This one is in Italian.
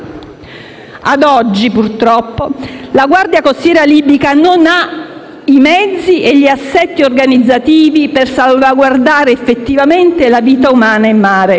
A oggi, purtroppo, la Guardia costiera libica non ha i mezzi e gli assetti organizzativi per salvaguardare effettivamente la vita umana in mare.